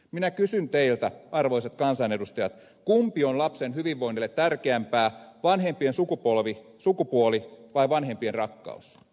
minä kysyn teiltä arvoisat kansanedustajat kumpi on lapsen hyvinvoinnille tärkeämpää vanhempien sukupuoli vai vanhempien rakkaus